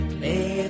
Play